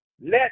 let